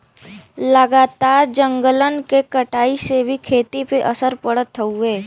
लगातार जंगलन के कटाई से भी खेती पे असर पड़त हउवे